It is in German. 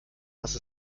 was